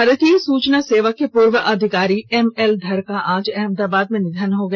भारतीय सूचना सेवा के पूर्व अधिकारी एम एल धर का आज अहमदाबाद में निधन हो गया